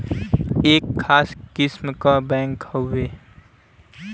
एक खास किस्म क बैंक हउवे